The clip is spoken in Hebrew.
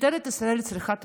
משטרת ישראל צריכה תמיכה.